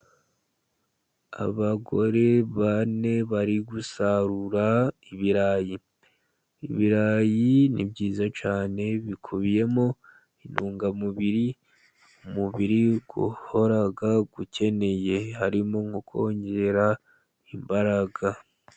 Abagore bane bari gusarura ibirayi. Ibirayi ni byiza cyane, bikubiyemo intungamubiri, umubiri uhora ukeneye, harimo nko kongera imbaraga.